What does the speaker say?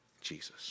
Jesus